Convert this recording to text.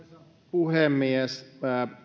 puhemies